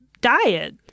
diet